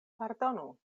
pardonu